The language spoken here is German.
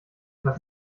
was